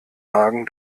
magen